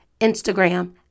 Instagram